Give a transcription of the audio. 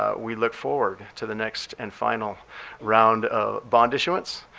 ah we look forward to the next and final round of bond issuance.